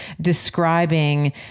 describing